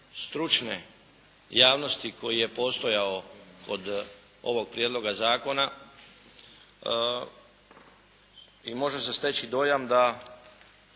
stručne javnosti koji je postojao kod ovog prijedloga zakona i može se steći dojam da